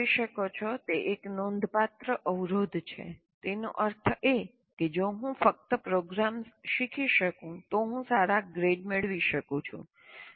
જેમ તમે જોઈ શકો છો તે એક નોંધપાત્ર અવરોધ છે તેનો અર્થ એ કે જો હું ફક્ત પ્રોગ્રામ્સ શીખી શકું તો હું સારા ગ્રેડ મેળવી શકું છું